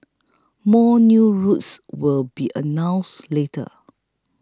more new routes will be announced later